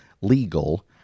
legal